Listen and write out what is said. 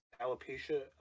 alopecia